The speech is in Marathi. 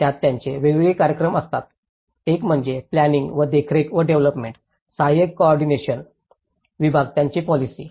त्यात त्यांचे वेगवेगळे कार्यक्रम असतात एक म्हणजे प्लांनिंग व देखरेख व डेव्हलोपमेंट सहाय्यक कोऑर्डिनेशन विभाग यांचे पोलिसी